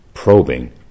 probing